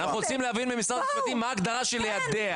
מה ההגדרה של ליידע.